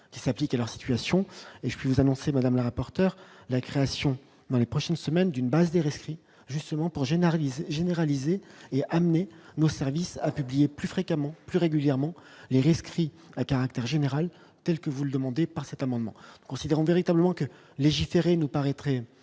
s'applique à leur situation et je peux vous annoncer madame la rapporteure la création dans les prochaines semaines d'une base des rescrit justement pour généraliser généralisée et amener nos services publié plus fréquemment plus régulièrement les réinscrit à caractère général que vous le demandez par cet amendement considérant véritablement que légiférer nous paraît